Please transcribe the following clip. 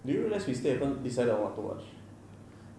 do you realise we still haven't decided on what to watch